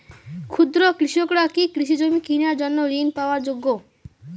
ক্ষুদ্র কৃষকরা কি কৃষিজমি কিনার জন্য ঋণ পাওয়ার যোগ্য?